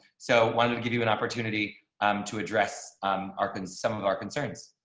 so wanted to give you an opportunity to address um our and some of our concerns.